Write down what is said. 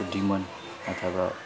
demon अथवा